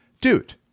dude